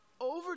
over